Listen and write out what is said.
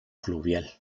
fluvial